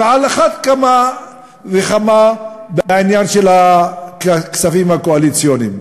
ועל אחת וכמה בעניין הכספים הקואליציוניים,